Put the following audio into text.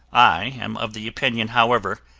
i am of the opinion, however,